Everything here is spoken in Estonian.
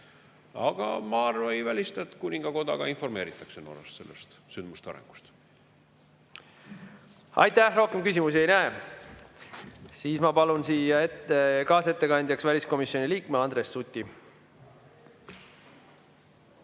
Aga ma ei välista, et ka kuningakoda informeeritakse Norras sellisest sündmuste arengust. Aitäh! Rohkem küsimusi ei näe. Siis ma palun siia kaasettekandjaks väliskomisjoni liikme Andres Suti.